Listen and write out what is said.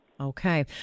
Okay